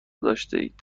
داشتهاید